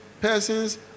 persons